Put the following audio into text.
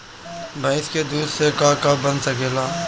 भइस के दूध से का का बन सकेला?